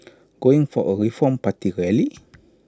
going for A reform party rally